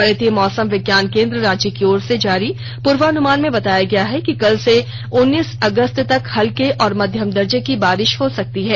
भारतीय मौसम विज्ञान केन्द्र रांची की ओर से जारी पूर्वाअनुमान में बताया है कि कल से उन्नीस अगस्त तक हल्के और मध्यम दर्जे की बारिश हो सकती है